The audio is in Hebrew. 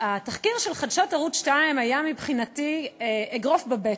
התחקיר של "חדשות 2" היה מבחינתי אגרוף בבטן,